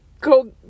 Go